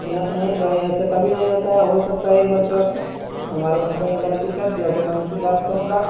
نہ نہیں بھائی ایسے کبھی نہیں ہوتا ہو سکتا ہے ایک مرتبہ ہمارے بندے نے غلطی کر دیا ہو تو میں ان سے بات کروں گا